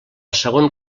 segon